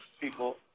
people